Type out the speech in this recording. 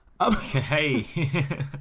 Okay